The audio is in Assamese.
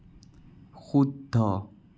শুদ্ধ